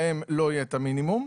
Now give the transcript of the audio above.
בהם לא יהיה המינימום,